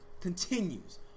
continues